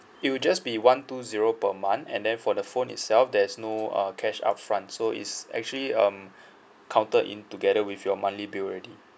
it'll just be one two zero per month and then for the phone itself there's no uh cash upfront so it's actually um counted in together with your monthly bill already